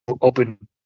open